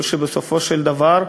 אני חושב שבסופו של דבר,